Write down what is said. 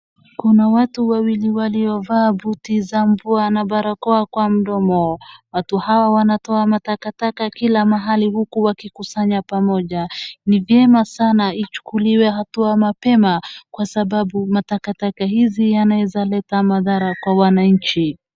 Kuna watu wawili waliovaa boot za mvua na barakoa kwa mdomo. Watu hawa wanatoa matakataka kila mahali uku wakikusanya pamoja. Ni vyema sana ichukuliwe hatua mapema kwa sababu matakataka hizi yanaeza madhara kwa wananchi.